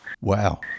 Wow